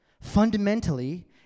fundamentally